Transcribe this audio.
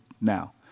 now